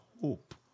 hope